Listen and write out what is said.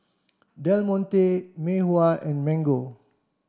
Del Monte Mei Hua and Mango